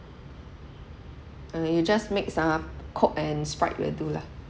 uh you just mix ah coke and sprite will do lah